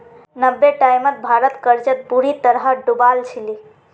नब्बेर टाइमत भारत कर्जत बुरी तरह डूबाल छिले